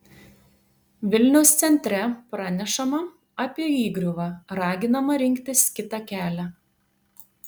vilniaus centre pranešama apie įgriuvą raginama rinktis kitą kelią